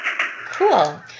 Cool